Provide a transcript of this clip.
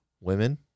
Women